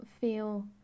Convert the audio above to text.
feel